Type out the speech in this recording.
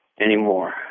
anymore